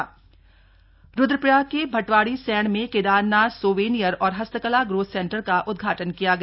growth centre Rudraprayag के भटवाड़ीसैंड में Kedarnath souvenir और हस्तकला ग्रोथ सेंटर का उदघाटन किया गया